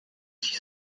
six